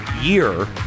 year